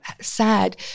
sad